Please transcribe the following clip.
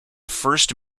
first